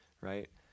right